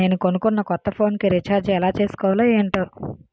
నేను కొనుకున్న కొత్త ఫోన్ కి రిచార్జ్ ఎలా చేసుకోవాలో ఏంటో